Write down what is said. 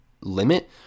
limit